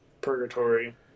purgatory